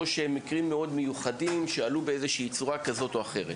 או מקרים מאוד מיוחדים שעלו בצורה כזאת, או אחרת,